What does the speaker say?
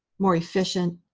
more efficient,